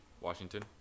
Washington